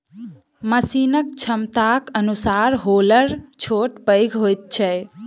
मशीनक क्षमताक अनुसार हौलर छोट पैघ होइत छै